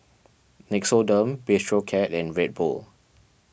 Nixoderm Bistro Cat and Red Bull